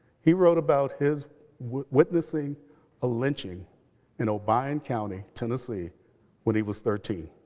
he wrote about his witnessing a lynching in obion county, tennessee when he was thirteen.